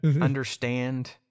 understand